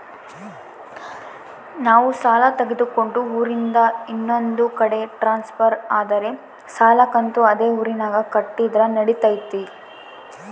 ನಾವು ಸಾಲ ತಗೊಂಡು ಊರಿಂದ ಇನ್ನೊಂದು ಕಡೆ ಟ್ರಾನ್ಸ್ಫರ್ ಆದರೆ ಸಾಲ ಕಂತು ಅದೇ ಊರಿನಾಗ ಕಟ್ಟಿದ್ರ ನಡಿತೈತಿ?